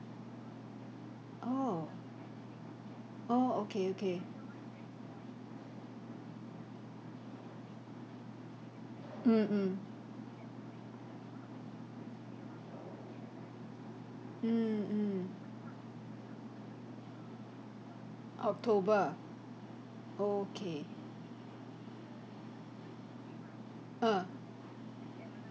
oh oh okay okay mm mm mm mm october okay ah